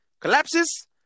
collapses